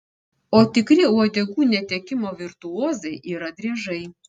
o tikri uodegų netekimo virtuozai yra driežai